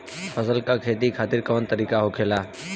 फसल का खेती खातिर कवन तरीका होखेला?